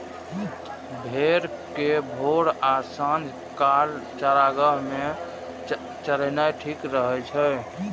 भेड़ कें भोर आ सांझ काल चारागाह मे चरेनाय ठीक रहै छै